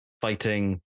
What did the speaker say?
fighting